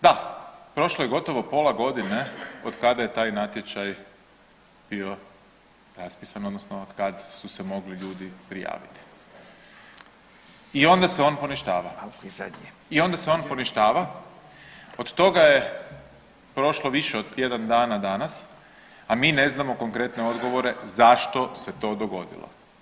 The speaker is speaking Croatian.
Da, prošlo je gotovo pola godine od kada je taj natječaj bio raspisan odnosno od kad su se mogli ljudi prijaviti i onda se on poništava i onda se on poništava, od toga je prošlo više od tjedan dana danas, a mi ne znamo konkretne odgovore zašto se to dogodilo.